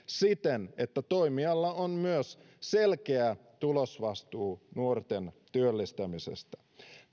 siten että toimijalla on myös selkeä tulosvastuu nuorten työllistämisestä